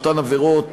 באותן עבירות